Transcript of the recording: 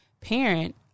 parent